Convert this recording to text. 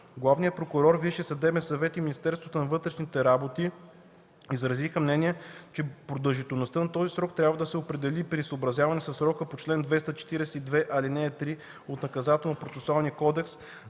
Главният прокурор, Висшият съдебен съвет и Министерството на вътрешните работи изразиха мнение, че продължителността на този срок трябва да се определи при съобразяване със срока по чл. 242, ал. 3 от Наказателно-процесуалния кодекс,